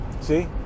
See